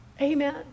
Amen